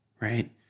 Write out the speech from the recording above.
right